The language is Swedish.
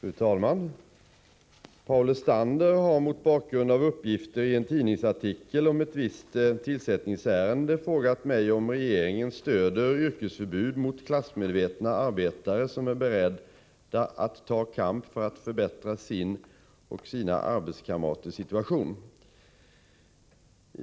Fru talman! Paul Lestander har mot bakgrund av uppgifter i en tidningsartikel om ett visst tillsättningsärende frågat mig om regeringen stöder yrkesförbud mot klassmedvetna arbetare som är beredda att ta kamp för att förbättra sin och sina arbetskamraters situation.